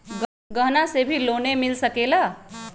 गहना से भी लोने मिल सकेला?